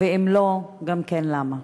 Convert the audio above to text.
4. אם לא, למה?